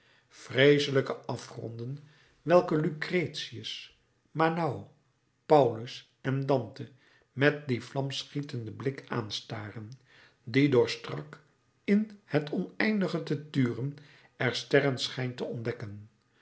vreeselijke afgronden welke lucretius manou paulus en dante met dien vlammenschietenden blik aanstaren die door strak in het oneindige te turen er sterren schijnt te ontdekken